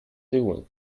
doing